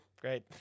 Great